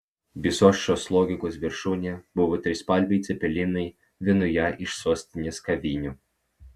visos šios logikos viršūnė buvo trispalviai cepelinai vienoje iš sostinės kavinių